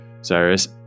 Cyrus